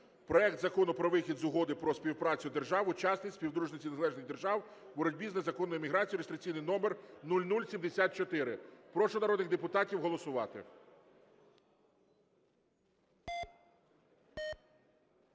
проект Закону про вихід з Угоди про співпрацю держав-учасниць Співдружності Незалежних Держав в боротьбі з незаконною міграцією (реєстраційний номер 0074). Прошу народних депутатів голосувати.